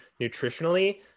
nutritionally